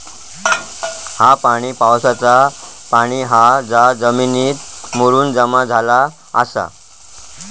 ह्या पाणी पावसाचा पाणी हा जा जमिनीत मुरून जमा झाला आसा